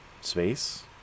space